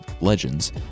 LEGENDS